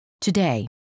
Today